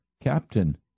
Captain